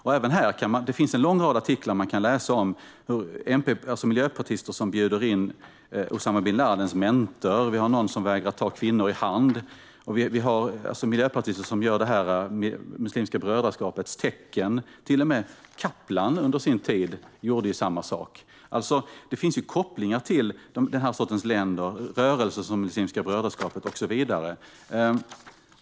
Det finns även här en lång rad artiklar. Man kan läsa om miljöpartister som bjuder in Usama bin Ladins mentor. Någon vägrar att ta kvinnor i hand. Vi har miljöpartister som gör Muslimska brödraskapets tecken. Till och med Kaplan gjorde samma sak under sin tid. Det finns kopplingar till den här sortens länder, rörelser som Muslimska brödraskapet och så vidare.